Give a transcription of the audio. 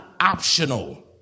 optional